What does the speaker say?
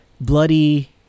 bloody